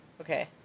okay